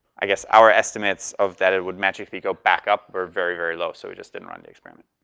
i guess our estimates of that, it would magically go back up or very, very low, so we just didn't run the experiment.